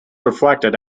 reflected